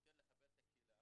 יותר לחבר את הקהילה